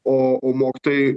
o o mokytojai